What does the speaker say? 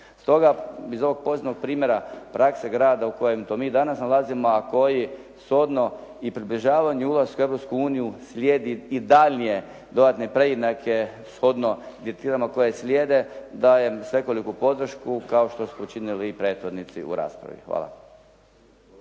Stoga iz ovog poznatog primjera prakse grada u kojem mi to danas nalazimo a koji shodno i približavanju ulasku u Europsku uniju slijedi i daljnje dodatne preinake shodno citirano koje slijede dajem svekoliku podršku kao što su učinili i prethodnici u raspravi. Hvala.